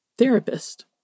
Therapist